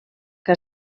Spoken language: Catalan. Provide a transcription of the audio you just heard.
que